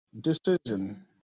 decision